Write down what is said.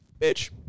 bitch